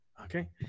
okay